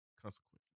Consequences